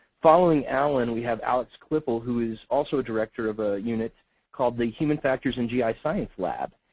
following alan, we have alex klippel, who is also a director of a unit called the human factors and gi science lab.